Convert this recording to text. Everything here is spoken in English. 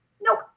Nope